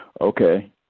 Okay